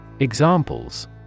Examples